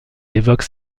évoque